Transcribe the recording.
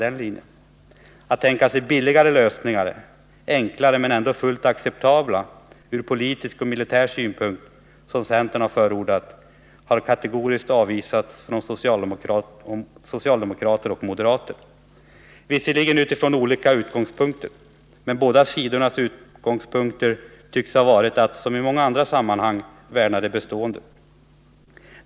Att, som centern har förordat, tänka sig billigare lösningar — enklare, men ändå fullt acceptabla ur politisk och militär synpunkt — har kategoriskt avvisats av socialdemokrater och moderater, även om det skett från olika utgångspunkter. Båda sidornas utgångspunkter tycks ha varit att som i så många andra sammanhang värna det bestående.